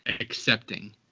Accepting